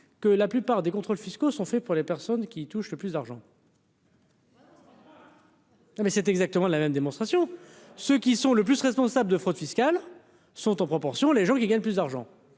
que la plupart des contrôles fiscaux sont faits pour les personnes qui touchent le plus d'argent. Mais c'est exactement la même démonstration, ceux qui sont le plus responsables de fraude fiscale sont en proportion, les gens qui gagnent plus d'argent